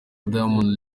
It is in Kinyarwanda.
diamond